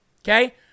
Okay